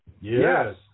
Yes